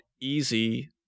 easy